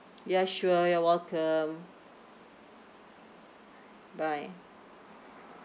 ya sure you're welcome bye